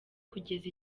kugeza